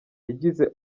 yagize